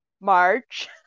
March